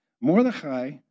Mordechai